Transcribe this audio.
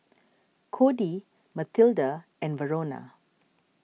Cody Mathilde and Verona